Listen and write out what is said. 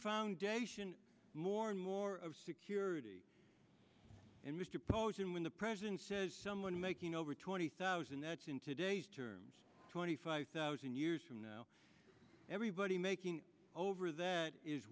foundation more and more security and mr posen when the president says someone making over twenty thousand that's in today's terms twenty five thousand years from now everybody making over that is